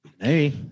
Hey